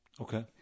okay